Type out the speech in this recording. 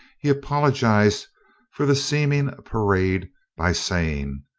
he apologized for the seeming parade by saying,